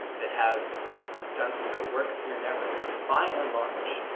that have done some good work here and there, but by and large,